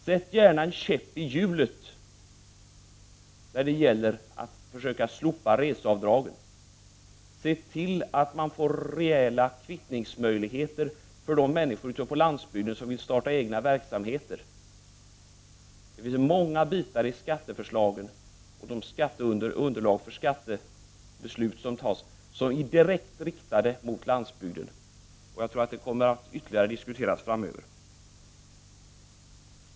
Sätt gärna en käpp i hjulet när det gäller slopandet av reseavdrag! Men se till att det blir rejäla kvittningsmöjligheter för de människor på landsbygden som vill starta egen verksamhet! Det finns många bitar i skatteförslagen och i underlagen för de skattebeslut som fattas som är direkt riktade mot landsbygden. Jag tror att det kommer att diskuteras ytterligare framöver.